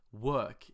work